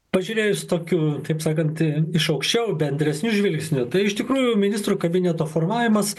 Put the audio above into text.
pažiūrėjus tokiu kaip sakant iš aukščiau bendresniu žvilgsniu tai iš tikrųjų ministrų kabineto formavimas